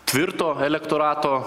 tvirto elektorato